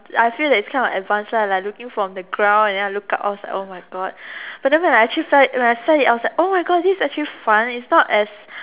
like I feel that it's kind of advanced lah like looking from the ground and then I look up I was like oh my god but then when I actually felt it when I felt it oh my god this is actually fun it's not as